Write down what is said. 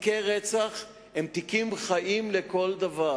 תיקי רצח הם תיקים חיים לכל דבר.